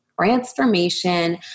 transformation